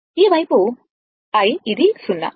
ఈ వైపు i ఇది 0